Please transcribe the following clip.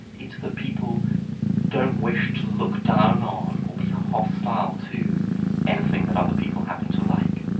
it's that people don't wish to look down on, or be hostile to anything that other people happen to like.